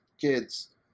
kids